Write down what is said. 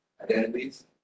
Identities